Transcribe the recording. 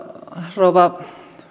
rouva